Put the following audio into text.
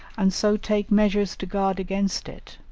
and so take measures to guard against it.